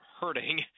hurting